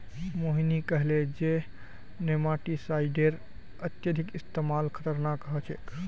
मोहिनी कहले जे नेमाटीसाइडेर अत्यधिक इस्तमाल खतरनाक ह छेक